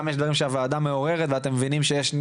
יש דברים שהוועדה מעוררת ואתם מבינים שיש,